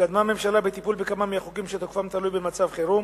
התקדמה הממשלה בטיפול בכמה מהחוקים שתוקפם תלוי במצב חירום.